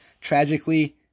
tragically